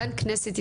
כאן הכנסת,